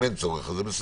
אם אין צורך אז בסדר.